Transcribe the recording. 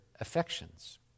affections